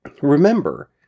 remember